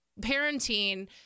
parenting